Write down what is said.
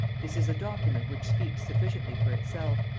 this is a document which speaks sufficiently for itself.